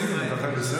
תגיד לי, אתה חי בסרט?